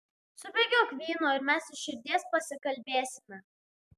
subėgiok vyno ir mes iš širdies pasikalbėsime